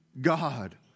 God